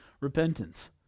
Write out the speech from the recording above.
repentance